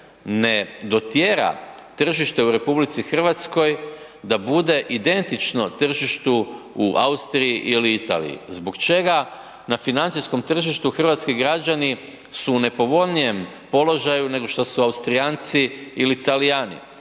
ne dotjera tržište u RH da bude identično tržištu u Austriji ili Italiji. Zbog čega na financijskom tržištu hrvatski građani su u nepovoljnijem položaju nego što su Austrijanci ili Talijani.